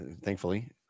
Thankfully